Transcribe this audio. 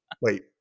Wait